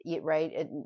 right